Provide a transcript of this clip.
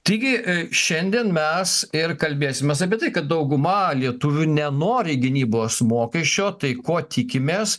taigi šiandien mes ir kalbėsimės apie tai kad dauguma lietuvių nenori gynybos mokesčio tai ko tikimės